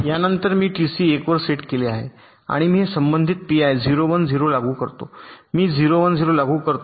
यानंतर मी टीसी 1 वर सेट केले आणि मी हे संबंधित पीआय 0 1 0 लागू करतो मी 0 1 ० लागू करतो